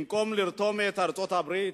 במקום לרתום את ארצות-הברית,